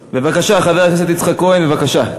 חבר הכנסת יצחק כהן, בבקשה.